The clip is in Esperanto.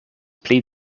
pli